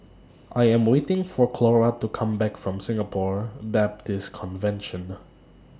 I Am waiting For Clora to Come Back from Singapore Baptist Convention